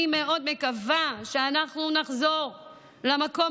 אני מאוד מקווה שאנחנו נחזור למקום